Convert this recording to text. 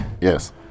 Yes